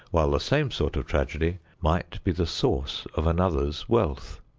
while the same sort of tragedy might be the source of another's wealth.